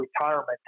retirement